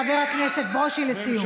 חבר הכנסת ברושי, לסיום.